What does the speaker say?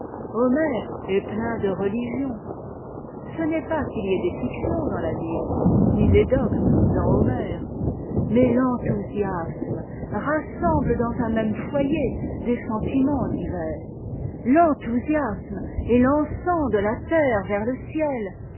homère est plein de religion ce n'est pas qu'il y ait des fictions dans la bible ni des dogmes dans homère mais l'enthousiasme rassemble dans un même foyer des sentiments divers l'enthousiasme est l'encens de la terre vers le ciel